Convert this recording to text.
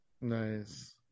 nice